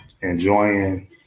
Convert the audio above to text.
enjoying